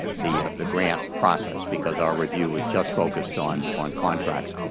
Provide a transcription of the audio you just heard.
the the grant process. because our review was just focused on on contracts.